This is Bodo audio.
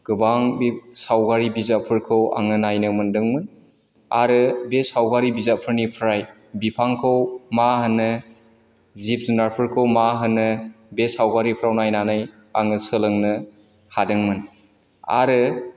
गोबां बे सावगारि बिजाबफोरखौ आङो नायनो मोन्दोंमोन आरो बे सावगारि बिजाबफोरनिफ्राय बिफांखौ मा होनो जिब जुनारफोरखौ मा होनो बे सावगारिफ्राव नायनानै आङो सोलोंनो हादोंमोन आरो